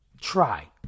Try